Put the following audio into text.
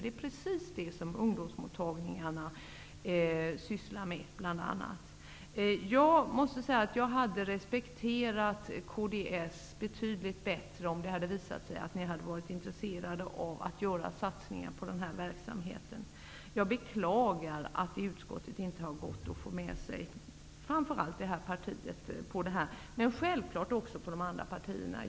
Det är precis detta som ungdomsmottagningar bl.a. sysslar med. Jag hade respekterat kds betydligt bättre om det hade visat sig att partiet var intresserat av att göra satsningar på denna verksamhet. Jag beklagar att det i utskottet inte har gått att få med framför allt detta parti men självklart också de andra partierna.